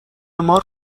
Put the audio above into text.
مار